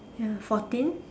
ya fourteen